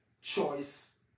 choice